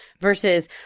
versus